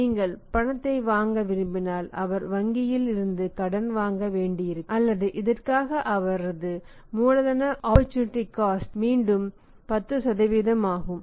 நீங்கள் பணத்தை வாங்க விரும்பினால் அவர் வங்கியில் இருந்து கடன் வாங்க வேண்டியிருக்கும் அல்லது இதற்காக அவரது மூலதன ஆபர்டூநிடீ காஸ்ட் மீண்டும் 10 ஆகும்